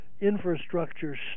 infrastructure